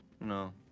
No